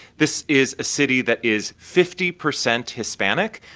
this is a city that is fifty percent hispanic.